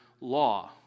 law